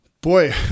boy